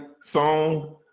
song